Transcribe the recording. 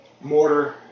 mortar